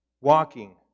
walking